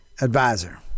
advisor